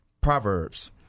Proverbs